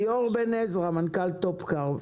ליאור בן עזרא, מנכ"ל טופוקר,